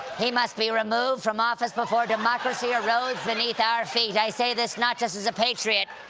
he must be removed from office before democracy erodes beneath our feet. i say this not just as a patriot